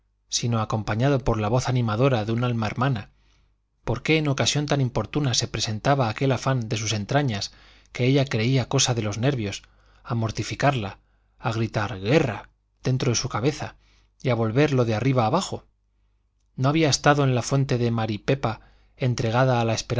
no acompañado por la voz animadora de un alma hermana por qué en ocasión tan